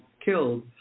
killed